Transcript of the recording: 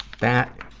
that,